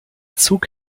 zug